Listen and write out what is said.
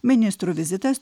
ministrų vizitas